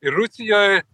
ir rusijoj